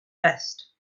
best